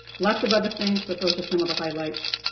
lots of other things, but those are some of the highlights.